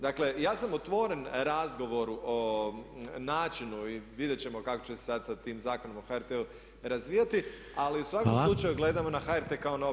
Dakle, ja sam otvoren razgovoru o načinu i vidjet ćemo kako će se sad sa tim Zakonom o HRT-u razvijati ali u svakom slučaju gledamo na HRT kao na opće dobro.